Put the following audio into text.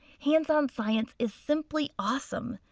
hands on science is simply awesome.